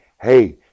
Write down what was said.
Hey